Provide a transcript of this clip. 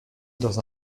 dans